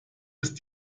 ist